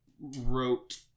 wrote